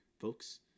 folks